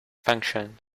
function